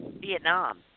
Vietnam